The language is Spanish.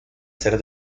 ser